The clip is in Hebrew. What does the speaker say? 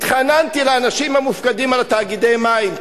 התחננתי לאנשים המופקדים על תאגידי מים,